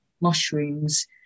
mushrooms